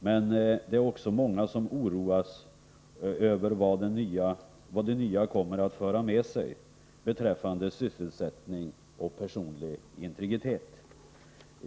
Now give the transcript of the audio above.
Men det är också många som oroas över vad det nya kommer att föra med sig beträffande sysselsättning och personlig integritet.